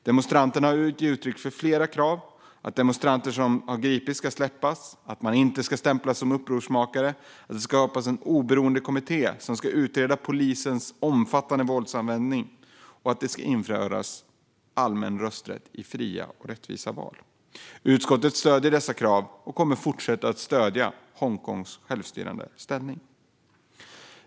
Demonstranterna har gett uttryck för flera krav: att de demonstranter som gripits ska släppas och inte stämplas som upprorsmakare, att det ska skapas en oberoende kommitté som ska utreda polisens omfattande våldsanvändning under protesterna och att det ska införas allmän rösträtt i fria och rättvisa val. Utskottet stöder dessa krav och kommer att fortsätta att stödja Hongkongs självstyrande ställning.